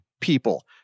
people